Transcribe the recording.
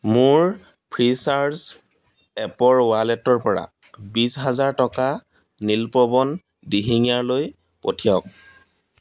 মোৰ ফ্ৰীচাৰ্জ এপৰ ৱালেটৰ পৰা বিছ হেজাৰ টকা নীলপৱন দিহিঙীয়ালৈ পঠিয়াওক